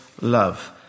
love